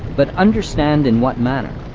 but understand in what manner.